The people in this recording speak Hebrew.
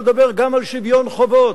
לדבר גם על שוויון חובות.